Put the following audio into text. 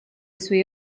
suoi